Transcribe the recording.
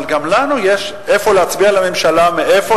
אבל גם לנו יש איך להציע לממשלה מאיפה